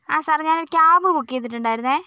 ആ സാറെ ഞാനൊരു ക്യാബ് ബുക്ക് ചെയ്തിട്ടുണ്ടായിരുന്നേ